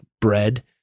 Bread